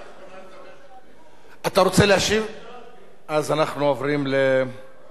אנחנו עוברים להצבעה.